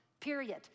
period